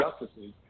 justices